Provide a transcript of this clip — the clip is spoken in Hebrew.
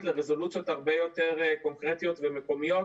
לרזולוציות הרבה יותר קונקרטיות ומקומיות,